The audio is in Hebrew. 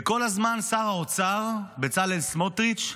וכל הזמן שר האוצר בצלאל סמוטריץ'